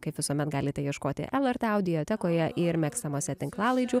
kaip visuomet galite ieškoti lrt audiotekoje ir mėgstamose tinklalaidžių